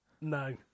No